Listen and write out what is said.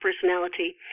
personality